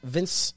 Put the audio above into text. Vince